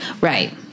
right